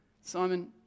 Simon